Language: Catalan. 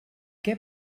què